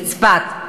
בצפת,